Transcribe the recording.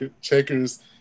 checkers